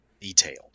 detailed